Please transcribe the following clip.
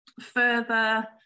further